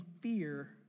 fear